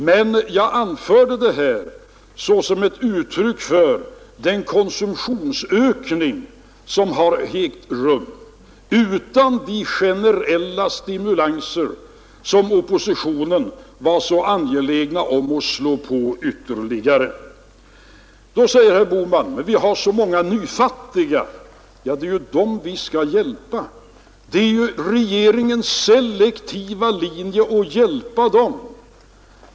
Men jag anförde det här såsom ett uttryck för den konsumtionsökning som har ägt rum utan de generella stimulanser som oppositionen var så angelägen om att slå på ytterligare. Då säger herr Bohman: Men vi har så många nyfattiga. Mitt svar är att det är ju dem vi skall hjälpa — det är regeringens selektiva linje att hjälpa dem.